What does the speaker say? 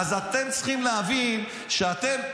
אז אתם צריכים להבין שאתם,